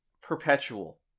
perpetual